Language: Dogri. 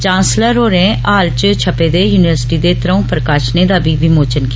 चांसलर होरें हाल च छप्पे दे युनिवर्सिटी दे त्रौंऊ प्रकाशनें दा बी विमोचन कीता